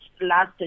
last